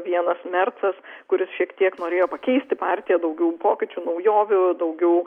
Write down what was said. vienas mercas kuris šiek tiek norėjo pakeisti partiją daugiau pokyčių naujovių daugiau